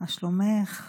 מה שלומך?